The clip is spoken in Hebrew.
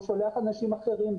הוא שולח אנשים אחרים,